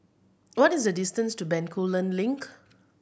what is the distance to Bencoolen Link